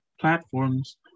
platforms